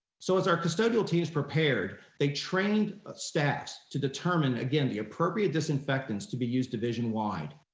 so as our custodial teams prepared, they trained staffs to determine again, the appropriate disinfectants to be used divisionwide.